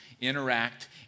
interact